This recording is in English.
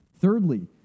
Thirdly